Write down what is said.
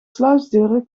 sluisdeuren